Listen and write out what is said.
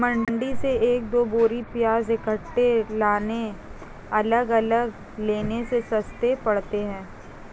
मंडी से एक दो बोरी प्याज इकट्ठे लाने अलग अलग लाने से सस्ते पड़ते हैं